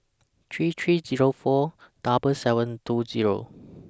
three three Zero four double seven two Zero